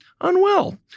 unwell